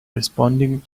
responding